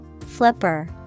Flipper